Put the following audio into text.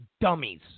dummies